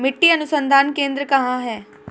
मिट्टी अनुसंधान केंद्र कहाँ है?